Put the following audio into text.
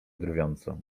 drwiąco